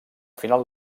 final